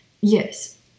Yes